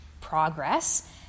progress